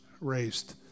raised